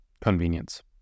convenience